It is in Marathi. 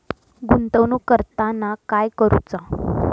गुंतवणूक करताना काय करुचा?